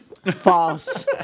false